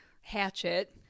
hatchet